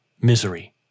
misery